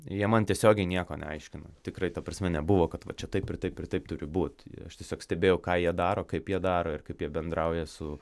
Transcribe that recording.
jie man tiesiogiai nieko neaiškino tikrai ta prasme nebuvo kad va čia taip ir taip ir taip turi būt aš tiesiog stebėjau ką jie daro kaip jie daro ir kaip jie bendrauja su